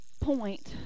point